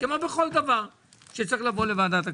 כמו בכל דבר שצריך לבוא לוועדת הכספים.